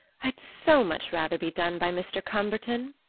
i'd so much rather be done by mr. cumberton!